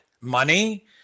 money